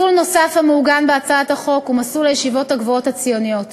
מסלול נוסף המעוגן בהצעת החוק הוא מסלול הישיבות הגבוהות הציוניות.